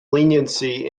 leniency